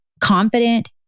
confident